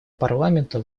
парламента